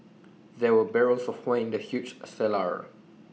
there were barrels of wine in the huge cellar